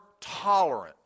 tolerant